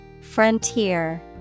Frontier